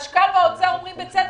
החשכ"ל והאוצר אומרים בצדק,